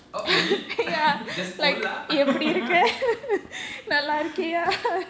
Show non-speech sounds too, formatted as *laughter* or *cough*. oh really *laughs* just Ola *laughs*